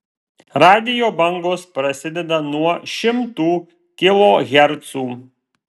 radijo bangos prasideda nuo šimtų kilohercų